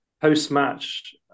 post-match